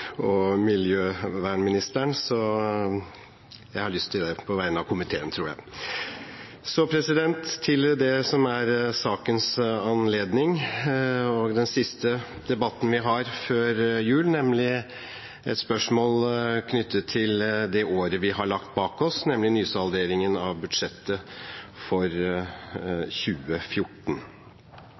og miljøministeren, så jeg har lyst til å gjøre det – på vegne av komiteen, tror jeg. Så til det som er sakens anledning og den siste debatten vi har før jul, nemlig spørsmål knyttet til det året vi har lagt bak oss – nysaldering av budsjettet for 2014.